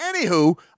Anywho